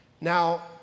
now